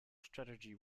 strategy